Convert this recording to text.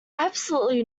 absolutely